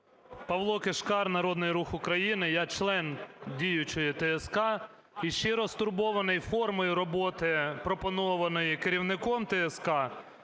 Павло Кишкар, Народний Рух України. Я – член діючої ТСК і щиро стурбований формою роботи пропонованої керівником ТСК.